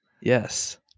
Yes